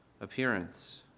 appearance